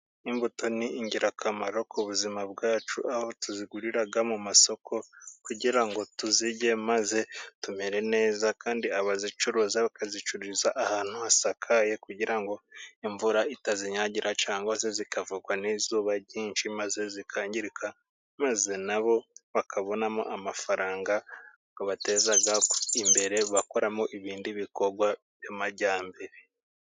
Imbuto ni ingirakamaro ku buzima bwacu, aho tuzigurira mu masoko kugira ngo tuzirye maze tumere neza, kandi abazicuruza bakazicururiza ahantu hasakaye kugira ngo imvura itazinyagira, cyangwa se zikavugwa n'izuba ryinshi, maze zikangirika ,maze nabo bakabonamo amafaranga abateza imbere bakoramo ibindi bikorwa by'amajyambere.